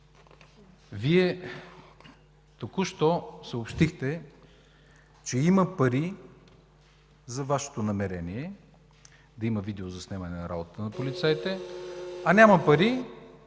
Вие току-що съобщихте, че има пари за Вашето намерение да има видеозаснемане на работата на полицаите